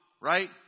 Right